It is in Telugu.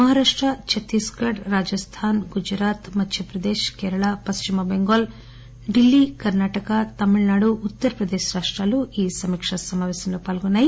మహారాష్ట చత్తీస్గడ్ రాజస్టాన్ గుజరాత్ మధ్యప్రదేశ్ కేరళ పశ్చిమ బెంగాల్ ఢిల్లీ కర్నాటక తమిళనాడు ఉత్తరప్రదేశ్ రాష్టాలు ఈ సమీకా సమాపేశంలో పాల్గొన్నాయి